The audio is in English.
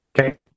Okay